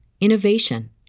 innovation